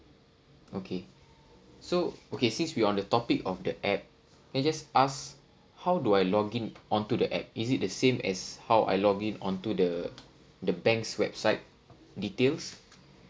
okay so okay since we're on the topic of the app can I just ask how do I login onto the app is it the same as how I login onto the the bank's website details